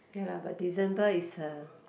ya lah but December is a